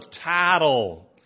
title